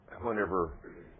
whenever